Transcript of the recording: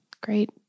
Great